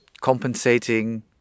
compensating